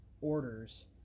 orders